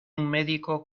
médico